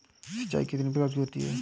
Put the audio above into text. सिंचाई कितनी प्रकार की होती हैं?